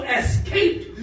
escaped